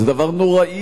זה דבר נוראי.